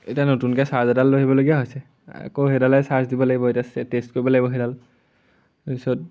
এতিয়া নতুনকে চাৰ্জ এডাল ল'বলগীয়া হৈছে আকৌ সেইডালে চাৰ্জ দিব লাগিব এতিয়া টেষ্ট কৰিব লাগিব সেইডাল তাৰপিছত